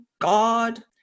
god